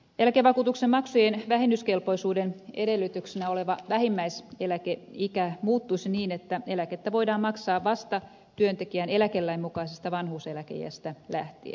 eläkevakuutuksen maksujen vähennyskelpoisuuden edellytyksenä oleva vähimmäiseläkeikä muuttuisi niin että eläkettä voidaan maksaa vasta työntekijän eläkelain mukaisesta vanhuuseläkeiästä lähtien